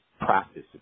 practice